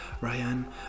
Ryan